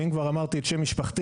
אם כבר אמרתי את שם משפחתי,